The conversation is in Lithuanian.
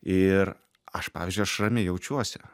ir aš pavyzdžiui aš ramiai jaučiuosi